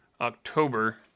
October